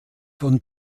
von